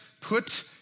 Put